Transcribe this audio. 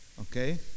Okay